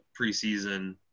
preseason